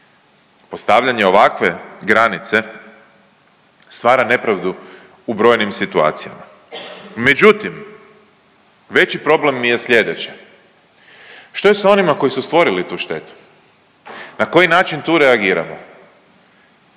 Postavljanje ovakve granice stvara nepravdu u brojnim situacijama. Međutim već problem mi je slijedeće. Što je sa onima koji su stvorili tu štetu? Na koji način tu reagiramo?